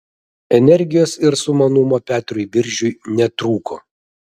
energijos ir sumanumo petrui biržiui netrūko